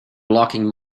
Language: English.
blocking